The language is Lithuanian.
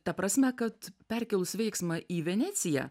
ta prasme kad perkėlus veiksmą į veneciją